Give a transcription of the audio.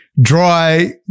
dry